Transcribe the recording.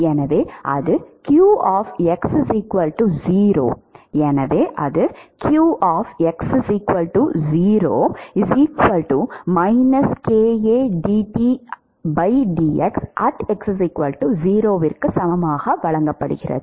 எனவே அது க்கு சமமாக வழங்கப்படுகிறது